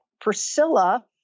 Priscilla